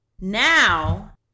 Now